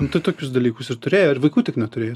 nu tai tokius dalykus ir turėjai ar vaikų tik neturėjai